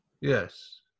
Yes